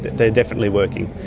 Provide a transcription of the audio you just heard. they're definitely working.